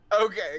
Okay